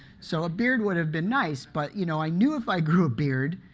so a beard would have been nice, but you know i knew if i grew a beard,